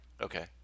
Okay